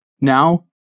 Now